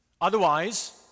Otherwise